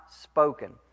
spoken